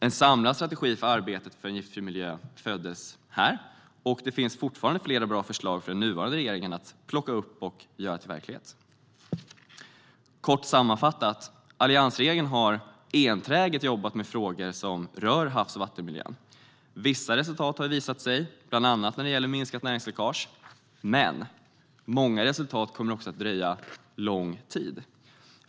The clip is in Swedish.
En samlad strategi för arbetet för en giftfri miljö föddes här, och det finns fortfarande flera bra förslag för den nuvarande regeringen att plocka upp och göra till verklighet. Kort sammanfattat: Alliansregeringen har enträget jobbat med frågor som rör havs och vattenmiljön. Vissa resultat har visat sig, bland annat när det gäller minskat näringsläckage. Men många resultat kommer att dröja lång tid.